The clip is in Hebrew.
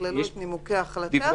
יכללו את נימוקי ההחלטה.